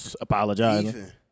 Apologizing